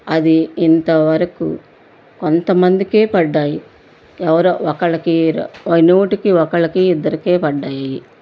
అది ఇంతవరకు కొంతమందికే పడ్డాయి ఎవరో ఒకళ్ళకి నూటికి ఒకళ్ళకి ఇద్దరికే పడ్డాయయి